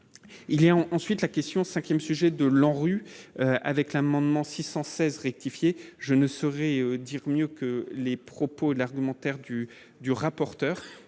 il y a ensuite la question 5ème sujet de l'ANRU avec l'amendement 616 rectifié, je ne saurais dire mieux que les propos de l'argumentaire du du rapporteur